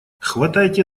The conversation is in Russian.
хватайте